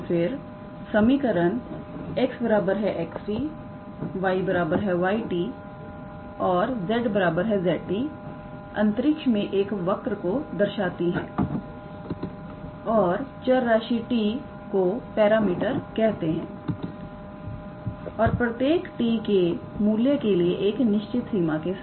तो फिर समीकरण 𝑥 𝑥𝑡 𝑦 𝑦𝑡 𝑧 𝑧𝑡 अंतरिक्ष में एक वर्क को दर्शाती है और चरराशि t को पैरामीटर कहते हैं और प्रत्येक t के मूल्य के लिए एक निश्चित सीमा के साथ